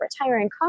retiring